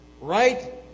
Right